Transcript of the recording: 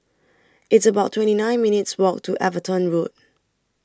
It's about twenty nine minutes' Walk to Everton Road